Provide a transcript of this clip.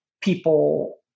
people